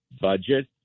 budget